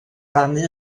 rhannu